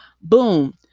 Boom